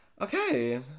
Okay